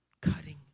cutting